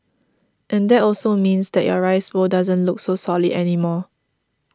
and that also means that your rice bowl doesn't look so solid anymore